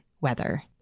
weather